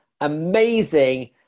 amazing